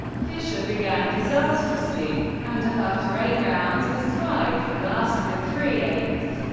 fischer began disastrously and after eight rounds was tied for last with three eight.